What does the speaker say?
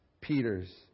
Peter's